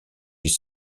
est